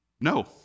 no